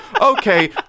okay